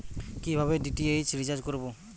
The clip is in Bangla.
কিভাবে ডি.টি.এইচ রিচার্জ করব?